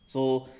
so